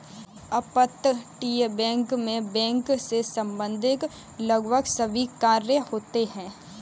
अपतटीय बैंक मैं बैंक से संबंधित लगभग सभी कार्य होते हैं